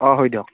অ' হয় দিয়ক